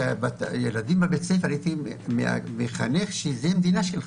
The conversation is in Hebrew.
אני הייתי מחנך את הילדים בבית הספר שזו המדינה שלנו.